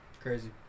Crazy